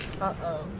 Uh-oh